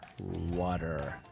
Water